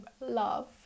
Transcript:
love